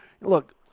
look